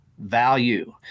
value